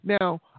Now